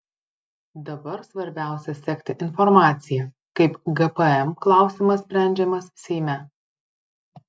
dabar svarbiausia sekti informaciją kaip gpm klausimas sprendžiamas seime